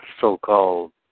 so-called